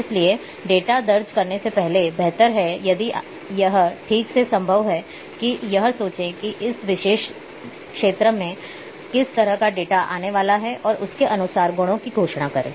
इसलिए डेटा दर्ज करने से पहले बेहतर है यदि यह ठीक से संभव है कि यह सोचें कि उस विशेष क्षेत्र में किस तरह का डेटा आने वाला है और उसके अनुसार गुणों की घोषणा करें